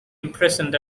imprisoned